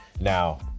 now